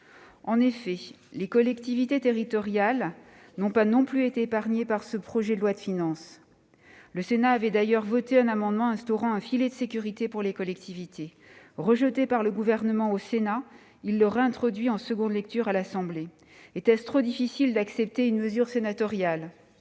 En effet, les collectivités territoriales n'ont pas non plus été épargnées par ce projet de loi de finances. Le Sénat a d'ailleurs voté un amendement tendant à instaurer un filet de sécurité pour les collectivités, que le Gouvernement a rejeté, mais réintroduit en nouvelle lecture à l'Assemblée nationale ! Était-ce trop difficile d'accepter une mesure sénatoriale ?